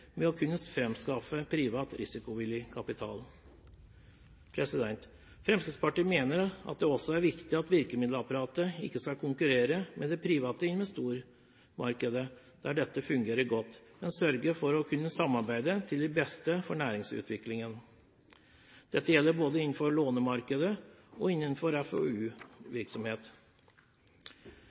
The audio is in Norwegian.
med å kunne framskaffe privat risikovillig kapital. Fremskrittspartiet mener at det også er viktig at virkemiddelapparatet ikke skal konkurrere med det private investormarkedet der dette fungerer godt, men man må sørge for å kunne samarbeide til beste for næringsutviklingen. Dette gjelder både innenfor lånemarkedet og innenfor